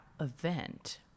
event